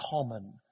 common